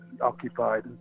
occupied